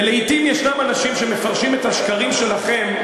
ולעתים יש אנשים שמפרשים את השקרים שלכם,